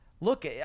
Look